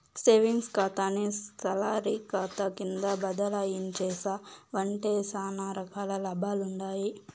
savings కాతాని salary కాతా కింద బదలాయించేశావంటే సానా రకాల లాభాలుండాయి